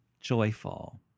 joyful